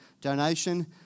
donation